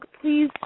please